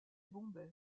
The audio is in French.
bombay